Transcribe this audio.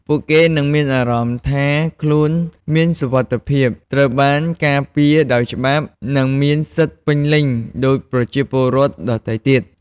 ពួកគេនឹងមានអារម្មណ៍ថាខ្លួនមានសុវត្ថិភាព ត្រូវបានការពារដោយច្បាប់ និងមានសិទ្ធិពេញលេញដូចប្រជាពលរដ្ឋដទៃទៀត។